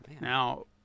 Now